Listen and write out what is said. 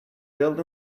built